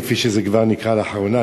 כפי שהוא כבר נקרא לאחרונה,